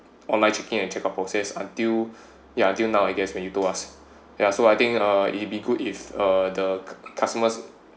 online check in and check out process until ya until now I guess when you told us ya so I think uh it'd be good if uh the customers